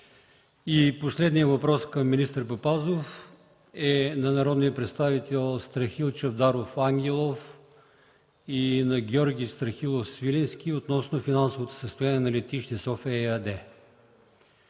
И последния въпрос към министър Папазов е на народния представител Страхил Чавдаров Ангелов и на Георги Страхилов Свиленски относно финансовото състояние на „Летище София”